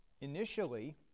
initially